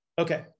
okay